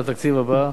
על התקציב הבא.